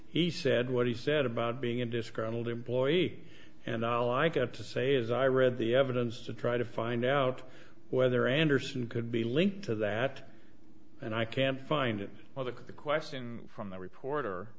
he said what he said about being a disgruntled employee and all i got to say is i read the evidence to try to find out whether andersen could be linked to that and i can't find it well the question from the reporter